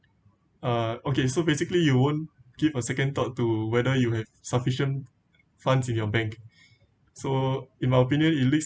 uh okay so basically you won't give a second thought to whether you have sufficient funds in your bank so in my opinion it leads